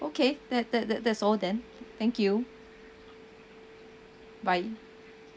okay that that that's all then thank you bye